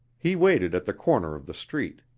he waited at the corner of the street.